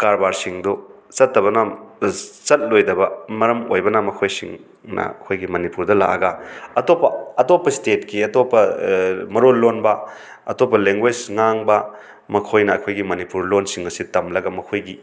ꯀꯔꯕꯥꯔꯁꯤꯡꯗꯨ ꯆꯠꯇꯕꯅ ꯆꯠꯂꯣꯏꯗꯕ ꯃꯔꯝ ꯑꯣꯏꯕꯅ ꯃꯈꯣꯏꯁꯤꯡꯅ ꯑꯩꯈꯣꯏꯒꯤ ꯃꯅꯤꯄꯨꯔꯗ ꯂꯥꯛꯑꯒ ꯑꯇꯣꯞꯄ ꯑꯇꯣꯞꯄ ꯏꯁꯇꯦꯠꯀꯤ ꯑꯇꯣꯞꯄ ꯃꯔꯣꯜ ꯂꯣꯟꯕ ꯑꯇꯣꯞꯄ ꯂꯦꯟꯒ꯭ꯋꯦꯖ ꯉꯥꯡꯕ ꯃꯈꯣꯏꯅ ꯏꯈꯣꯏꯒꯤ ꯃꯅꯤꯄꯨꯔ ꯂꯣꯟꯁꯤꯡ ꯑꯁꯤ ꯇꯝꯂꯒ ꯃꯈꯣꯏꯒꯤ